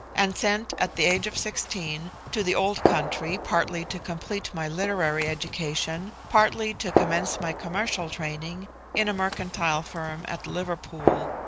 and sent at the age of sixteen to the old country, partly to complete my literary education, partly to commence my commercial training in a mercantile firm at liverpool.